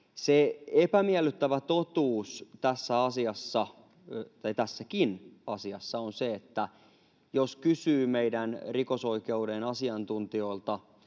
Se epämiellyttävä totuus tässäkin asiassa on, että jos kysyy meidän rikosoikeuden asiantuntijoilta